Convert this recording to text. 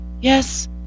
Yes